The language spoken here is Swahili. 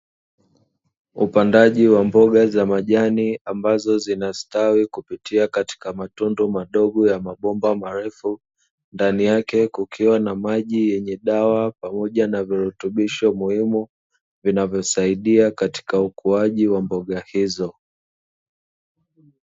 Upandaji wa mboga za majani ambazo zinastawi kupitia katika matundu madogo ya mabomba marefu, ndani yake kukiwa na maji yenye dawa pamoja na virutubisho muhimu vinavyosaidia katika ukuaji wa mboga hizo.